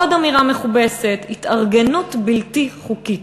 עוד אמירה מכובסת: התארגנות בלתי חוקית.